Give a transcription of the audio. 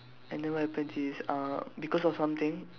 and then what happens is uh because of something